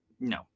no